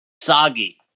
Soggy